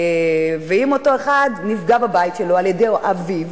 ואם אותו אחד נפגע בבית שלו על-ידי אביו,